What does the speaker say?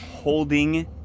holding